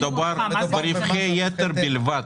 מדובר ברווחי יתר בלבד.